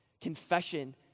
Confession